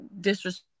disrespect